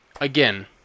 Again